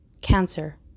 Cancer